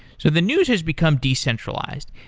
so the news has become decentralized,